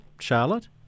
Charlotte